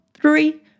three